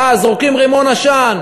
ואז, זורקים רימון עשן,